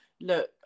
look